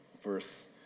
verse